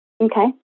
Okay